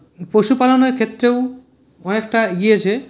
পশুপালনের ক্ষেত্রেও অনেকটা এগিয়েছে